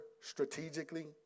strategically